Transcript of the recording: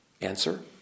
Answer